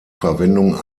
verwendung